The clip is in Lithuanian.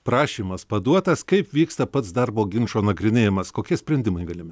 prašymas paduotas kaip vyksta pats darbo ginčo nagrinėjimas kokie sprendimai galimi